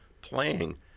playing